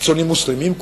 קיצוניים מוסלמים,